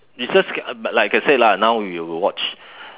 is just get but like I said lah now you watch